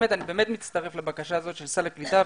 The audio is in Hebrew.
אני באמת מצטרף לבקשה הזו של סל הקליטה,